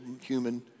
human